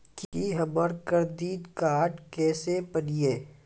की हमर credit card केसे बनिये?